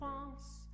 France